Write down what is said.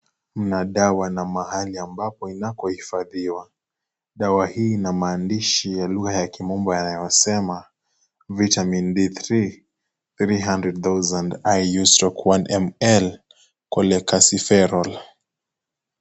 Mna dawa na ambako inahifadhiwa. Dawa hii na maandishi ya lugha ya kimombo yanayosema vitamin d3 300,000 iu/1000ml cholecalciferol.